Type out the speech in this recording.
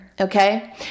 Okay